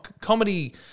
comedy